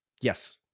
Yes